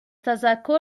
تذکر